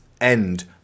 end